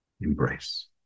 embrace